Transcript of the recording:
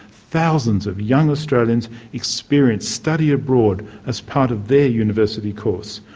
thousands of young australians experience study abroad as part of their university courses,